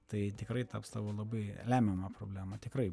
tai tikrai taps tavo labai lemiama problema tikrai